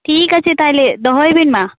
ᱴᱷᱤᱠ ᱟᱪᱷᱮ ᱛᱟᱦᱚᱞᱮ ᱫᱚᱦᱚᱭᱵᱤᱱ ᱢᱟ